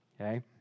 okay